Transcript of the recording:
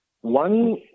One